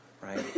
right